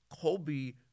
Colby